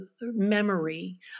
memory